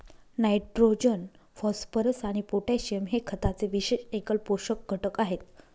nitrogen, phosphorus आणि potassium हे खताचे विशेष एकल पोषक घटक आहेत